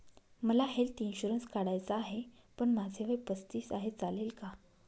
मला health insurance काढायचा आहे पण माझे वय पस्तीस आहे, चालेल का?